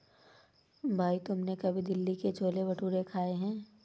भाई तुमने कभी दिल्ली के छोले भटूरे खाए हैं?